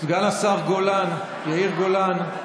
סגן השר גולן, יאיר גולן.